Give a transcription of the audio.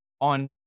on